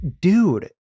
dude